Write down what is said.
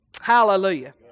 hallelujah